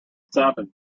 seven